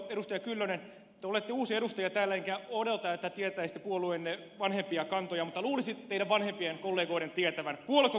kyllönen te olette uusi edustaja täällä enkä odota että tietäisitte puolueenne vanhempia kantoja mutta luulisi teidän vanhempien kollegoidenne tietävän puoluekokouskantanne